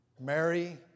Mary